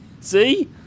see